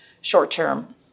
short-term